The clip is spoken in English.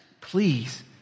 please